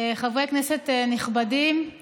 חברי כנסת נכבדים,